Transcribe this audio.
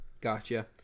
Gotcha